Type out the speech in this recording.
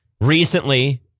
Recently